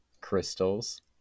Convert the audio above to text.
crystals